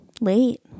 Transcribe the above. late